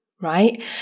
right